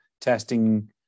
testing